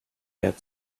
had